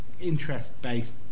interest-based